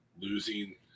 losing